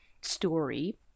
story